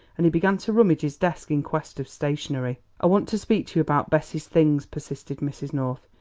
and he began to rummage his desk in quest of stationery. i wanted to speak to you about bessie's things, persisted mrs. north.